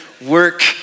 Work